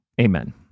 Amen